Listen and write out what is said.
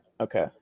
Okay